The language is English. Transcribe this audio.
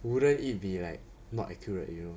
wouldn't it be like not accurate you know